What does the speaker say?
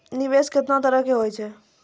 निवेश केतना तरह के होय छै?